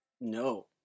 No